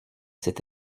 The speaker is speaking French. cet